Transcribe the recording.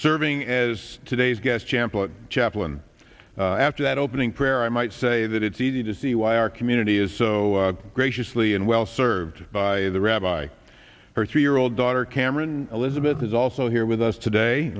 serving as today's guest champlin chaplain after that opening prayer i might say that it's easy to see why our community is so graciously and well served by the rabbi her three year old daughter cameron elizabeth is also here with us today